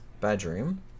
bedroom